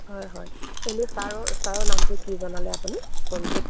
হয় হয় এনেই ছাৰৰ ছাৰৰ নামটো কি জনালে আপুনি সঞ্জীৱ